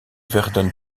werden